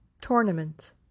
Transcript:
tournament